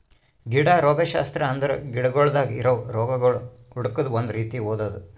ಗಿಡ ರೋಗಶಾಸ್ತ್ರ ಅಂದುರ್ ಗಿಡಗೊಳ್ದಾಗ್ ಇರವು ರೋಗಗೊಳ್ ಹುಡುಕದ್ ಒಂದ್ ರೀತಿ ಓದದು